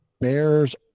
Bears